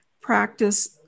practice